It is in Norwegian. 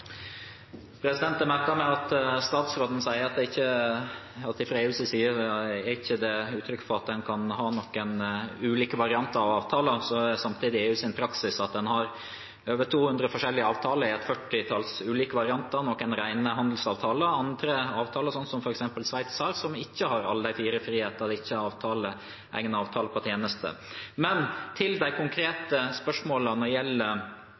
Jeg merket meg at statsråden sier at det fra EUs side ikke er gitt uttrykk for at en kan ha noen ulike varianter av avtaler, samtidig som EUs praksis er at en har over 200 forskjellige avtaler i et 40-talls ulike varianter. Noen er rene handelsavtaler, mens andre er avtaler, slik som f.eks. Sveits har, som ikke har alle de fire frihetene, og hvor det ikke er egen avtale for tjenester. Men til de konkrete spørsmålene når det gjelder